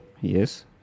Yes